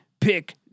pick